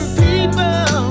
people